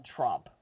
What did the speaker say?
Trump